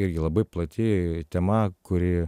irgi labai plati tema kuri